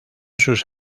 sus